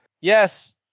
Yes